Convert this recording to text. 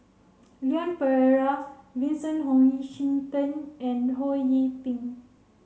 Leon Perera Vincent Hoisington and Ho Yee Ping